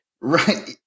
Right